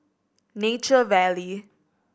Nature Valley